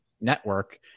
network